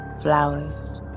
flowers